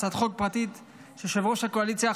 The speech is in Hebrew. הצעת חוק פרטית של יושב-ראש הקואליציה,